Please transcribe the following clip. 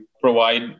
provide